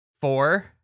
Four